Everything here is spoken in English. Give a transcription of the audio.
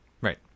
Right